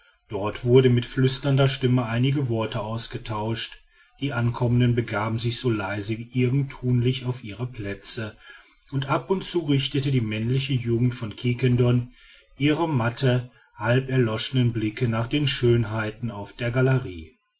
dort wurden mit flüsternder stimme einige worte ausgetauscht die ankommenden begaben sich so leise wie irgend thunlich auf ihre plätze und ab und zu richtete die männliche jugend von quiquendone ihre matten halb erloschenen blicke nach den schönheiten auf der galerie